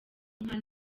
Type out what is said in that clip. inka